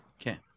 Okay